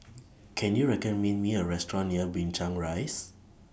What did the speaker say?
Can YOU recommend Me A Restaurant near Binchang Rise